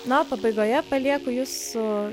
na o pabaigoje palieku jus su